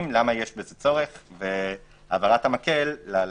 למה יש בזה צורך והעברת המקל לקהילה.